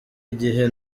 igihe